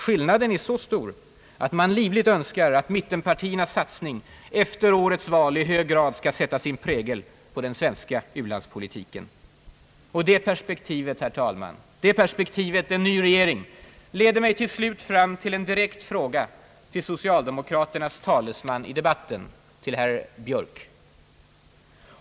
Skillnaden är så stor, att man livligt önskar att mittenpartiernas satsning efter årets val i hög grad skall sätta sin prägel på den svenska u-landspolitiken. Detta perspektiv — en ny regering — leder mig till slut fram till en direkt fråga till socialdemokraternas talesman i denna debatt, herr Björk.